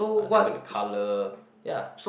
uh they're gonna colour ya